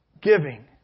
giving